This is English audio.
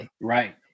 Right